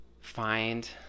find